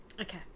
Okay